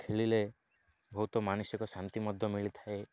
ଖେଳିଲେ ବହୁତ ମାନସିକ ଶାନ୍ତି ମଧ୍ୟ ମିଳିଥାଏ